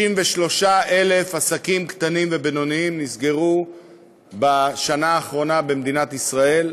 63,000 עסקים קטנים ובינוניים נסגרו בשנה האחרונה במדינת ישראל,